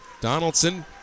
Donaldson